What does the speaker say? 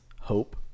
hope